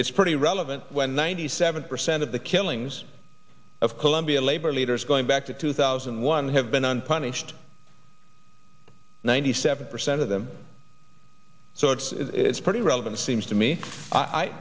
it's pretty relevant when ninety seven percent of the killings of colombia labor leaders going back to two thousand and one have been unpunished ninety seven percent of them so it's it's pretty relevant seems to me